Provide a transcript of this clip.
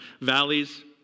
valleys